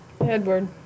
Edward